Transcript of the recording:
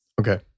Okay